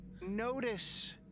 notice